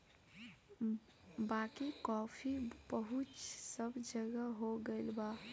बाकी कॉफ़ी पहुंच सब जगह हो गईल बा